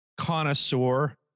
connoisseur